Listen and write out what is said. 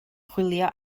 chwilio